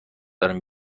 دارم